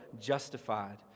justified